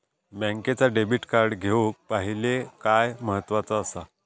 बँकेचा debit card घेउक पाहिले काय महत्वाचा असा?